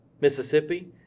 Mississippi